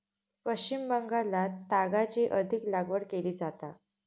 पश्चिम बंगालात तागाची अधिक लागवड केली जाता